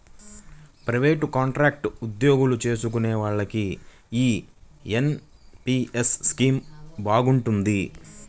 private, contract ఉద్యోగాలు చేసుకునే వాళ్లకి యీ ఎన్.పి.యస్ స్కీమ్ బాగుంటది